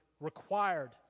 required